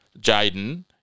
Jaden